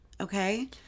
Okay